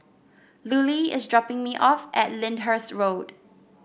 Lulie is dropping me off at Lyndhurst Road